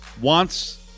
wants